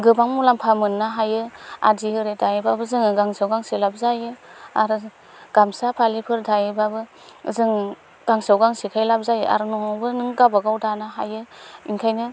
गोबां मुलाम्फा मोननो हायो आदि ओरै दायोबाबो जोङो गांसेआव गांसे लाब जायो आरो गामसा फालिफोर दायोबाबो जों गांसेआव गांसेखाय लाभ जायो न'आवबो नों गावबा गाव दानो हायो ओंखायनो